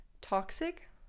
toxic